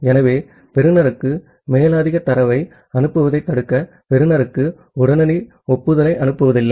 ஆகவே பெறுநருக்கு மேலதிக தரவை அனுப்புவதைத் தடுக்க பெறுநருக்கு உடனடி ஒப்புதலை அனுப்புவதில்லை